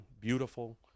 beautiful